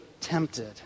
tempted